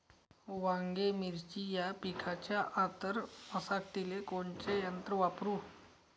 वांगे, मिरची या पिकाच्या आंतर मशागतीले कोनचे यंत्र वापरू?